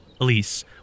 Elise